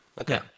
Okay